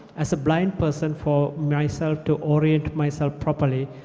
as a blind person, for myself to orient myself properly,